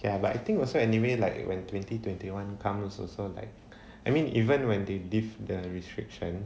ya but I think also anyway like when twenty twenty one come also like I mean even when they lift the restriction